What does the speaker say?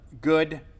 good